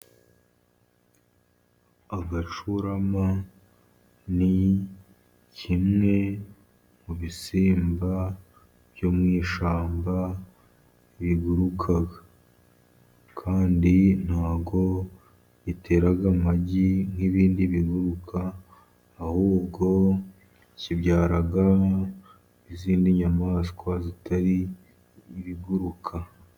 Agacurama ni kimwe mu bisimba byo mu ishyamba biguruka kandi ntago gitera amagi nk'ibindi biguruka, ahubwo kibyara nk'izindi nyamaswa zitari ibiguruka.